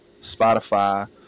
Spotify